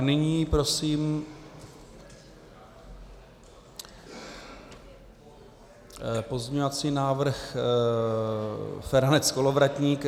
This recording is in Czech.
Nyní prosím pozměňovací návrh FeranecKolovratník.